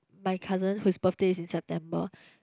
my cousin whose birthday is in September